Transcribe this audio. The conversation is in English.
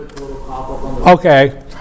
Okay